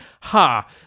ha